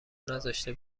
نذاشته